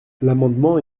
l’amendement